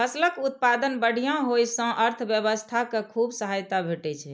फसलक उत्पादन बढ़िया होइ सं अर्थव्यवस्था कें खूब सहायता भेटै छै